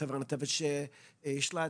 חשיבה?